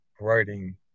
writing